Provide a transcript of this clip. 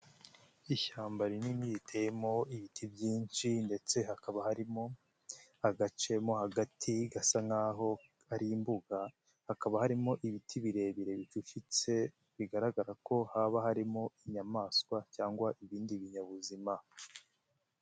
Ishyamba rinini riteyemo ibiti byinshi ndetse hakaba harimo agace mo hagati gasa nkaho ari imbuga, hakaba harimo ibiti birebire bicufitse bigaragara ko haba harimo inyamaswa cyangwa ibindi binyabuzima.